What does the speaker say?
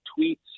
tweets